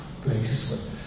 places